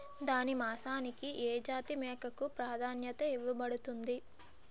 దాని మాంసానికి ఏ జాతి మేకకు ప్రాధాన్యత ఇవ్వబడుతుంది?